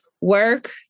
work